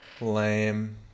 Lame